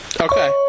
Okay